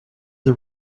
the